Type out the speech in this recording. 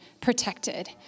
protected